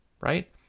right